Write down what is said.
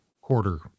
quarter